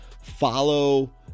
Follow